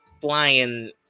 flying